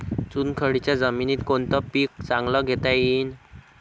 चुनखडीच्या जमीनीत कोनतं पीक चांगलं घेता येईन?